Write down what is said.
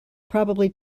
probably